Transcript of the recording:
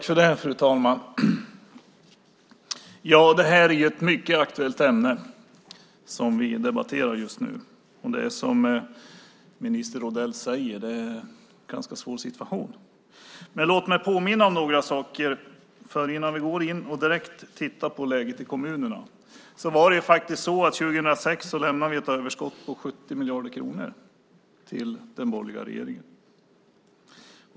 Fru talman! Det är ett mycket aktuellt ämne som vi debatterar just nu. Det är som minister Odell säger: Det är en ganska svår situation. Låt mig påminna om några saker innan vi går in på att direkt titta på läget i kommunerna. År 2006 lämnade vi faktiskt ett överskott på 70 miljarder kronor till den borgerliga regeringen.